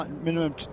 minimum